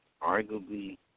arguably